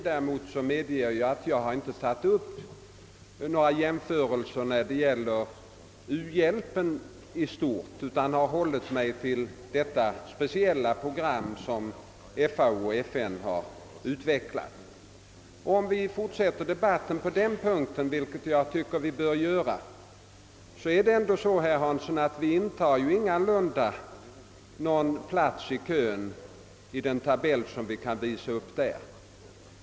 Däremot medges att jag inte gjort några jämförelser när det gäller u-hjälpen i stort utan hållit mig till det speciella program som FAO och FN har utvecklat. Om vi fortsätter debatten på den punkten, vilket vi bör göra, kan vi ändå fastställa, herr Hansson, att vi ingalunda intar någon köplats i tabellen.